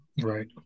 Right